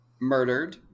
murdered